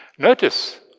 Notice